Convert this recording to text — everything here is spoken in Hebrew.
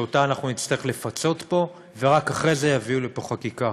שאותה אנחנו נצטרך לפצות פה ורק אחרי זה יביאו לפה חקיקה.